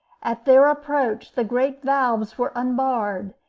at their approach the great valves were unbarred,